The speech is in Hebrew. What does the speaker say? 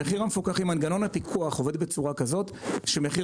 מנגנון הפיקוח עובד בצורה כזו שמחיר